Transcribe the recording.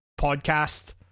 podcast